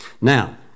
Now